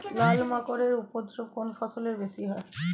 লাল মাকড় এর উপদ্রব কোন ফসলে বেশি হয়?